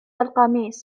القميص